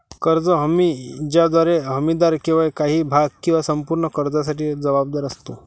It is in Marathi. कर्ज हमी ज्याद्वारे हमीदार केवळ काही भाग किंवा संपूर्ण कर्जासाठी जबाबदार असतो